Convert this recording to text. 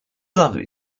lovely